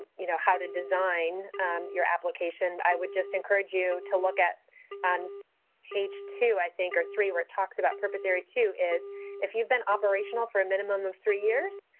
you know, how to design your application. i would just encourage you to look at and page two, i think, or three, where it talks about purpose area two is if you've been operational for a minimum of three years,